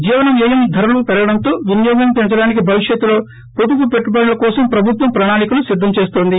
జీవన వ్యయం ధరలు పెరగడంతో వినియోగం పెంచడానికి భవిష్యత్లో పొదుపు పెట్టుబడుల కోసం ప్రభుత్వం ప్రణాళికలు సిద్దం చేస్తోంది